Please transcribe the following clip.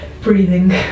breathing